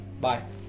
Bye